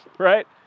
Right